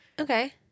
okay